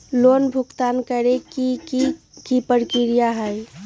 Loan भुगतान करे के की की प्रक्रिया होई?